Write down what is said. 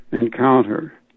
encounter